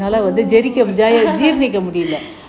oh